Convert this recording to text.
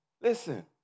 Listen